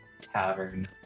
Tavern